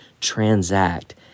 transact